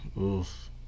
oof